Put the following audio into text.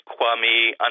Kwame